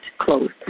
closed